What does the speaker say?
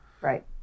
Right